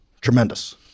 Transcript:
Tremendous